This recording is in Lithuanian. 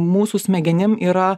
mūsų smegenim yra